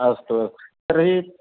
अस्तु तर्हि